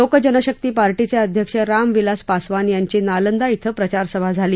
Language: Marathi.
लोक जनशक्ती पार्टीचे अध्यक्ष रामविलास पासवान यांची नालंदा इथं प्रचारसभा झाली